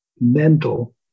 mental